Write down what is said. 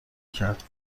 کرد